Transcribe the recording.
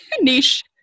Niche